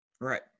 right